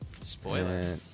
Spoiler